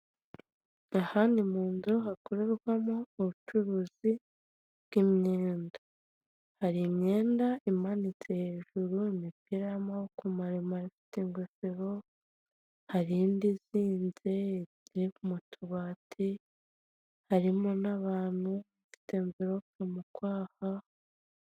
Aha ni munzu hakorerwamo ubucuruzi bw'imyenda hari imyenda imanitse hejuru imipira y'amaboko maremare ifite ingofero, hari indi izinze iri mu tubati harimo n'abantu bafite mvirope mu kwaha.